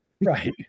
Right